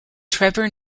trevor